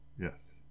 Yes